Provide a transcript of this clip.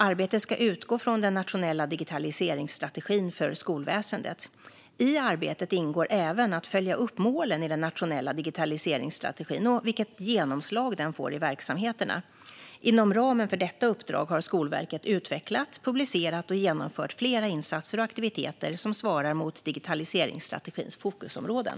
Arbetet ska utgå från den nationella digitaliseringsstrategin för skolväsendet. I arbetet ingår även att följa upp målen i den nationella digitaliseringsstrategin och vilket genomslag den får i verksamheterna. Inom ramen för detta uppdrag har Skolverket utvecklat, publicerat och genomfört flera insatser och aktiviteter som svarar mot digitaliseringsstrategins fokusområden.